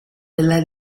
nella